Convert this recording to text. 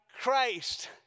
christ